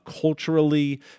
culturally